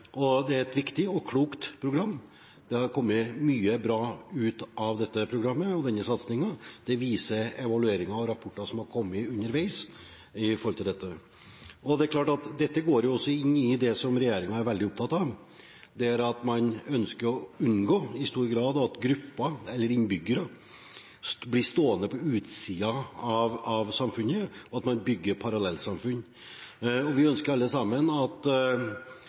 Det er et viktig og klokt program. Det har kommet mye bra ut av dette programmet og denne satsingen. Det viser evalueringer og rapporter som har kommet underveis om dette. Det er klart at dette går inn i det som regjeringen er veldig opptatt av, at man ønsker å unngå i stor grad at grupper eller innbyggere blir stående på utsiden av samfunnet, og at man bygger parallellsamfunn. Vi ønsker alle sammen at